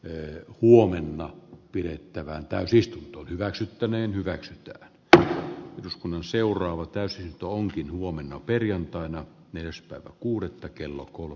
lee huomenna pidettävään tai siis hyväksyttäneen hienoa että eduskunnan seuraava täysin tuohonkin huomenna tämmöinen aloite on kuudetta kello kuuluu